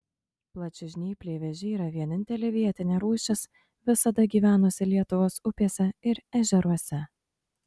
plačiažnypliai vėžiai yra vienintelė vietinė rūšis visada gyvenusi lietuvos upėse ir ežeruose